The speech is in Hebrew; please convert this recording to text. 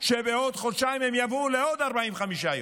שבעוד חודשיים הם יבואו לעוד 45 יום.